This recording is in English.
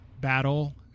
battle